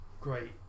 great